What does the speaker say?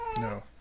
No